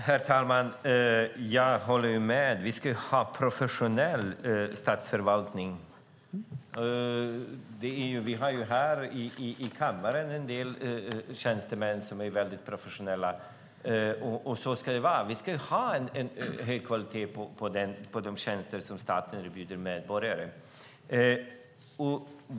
Herr talman! Jag håller med. Vi ska ha en professionell statsförvaltning. Vi har ju här i kammaren en del tjänstemän som är väldigt professionella, och så ska det vara. Vi ska ha hög kvalitet på de tjänster som staten erbjuder medborgarna.